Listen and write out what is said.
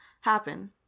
happen